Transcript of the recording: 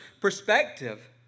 perspective